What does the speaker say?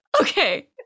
Okay